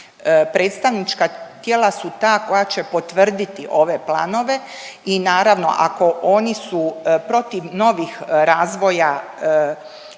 predstavnička tijela su ta koja će potvrditi ove planove i naravno, ako oni su protiv novih razvoja